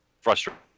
frustrated